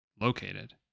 located